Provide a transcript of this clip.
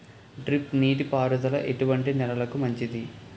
Drip నీటి పారుదల ఎటువంటి నెలలకు మంచిది?